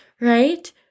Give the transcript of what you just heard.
right